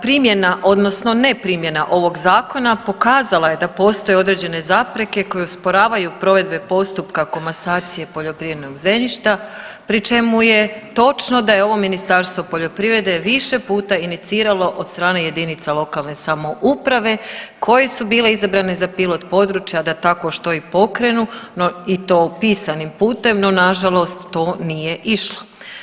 Primjena odnosno neprimjena ovog zakona pokazala je da postoje određene zapreke koje usporavaju provedbe postupka komasacije poljoprivrednog zemljišta pri čemu je točno da je ovo Ministarstvo poljoprivrede više puta iniciralo od strane jedinica lokalne samouprave koje su bile izabrane za pilot područja da tako što i pokrenu, no to i pisanim putem no na žalost to nije išlo.